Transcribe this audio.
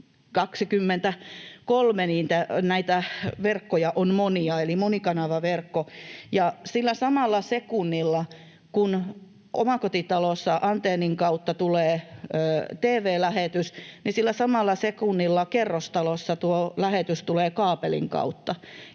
verkkoja on monia eli monikanavaverkko, ja sillä samalla sekunnilla, kun omakotitalossa antennin kautta tulee tv-lähetys, niin kerrostalossa tuo lähetys tulee kaapelin kautta,